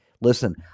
listen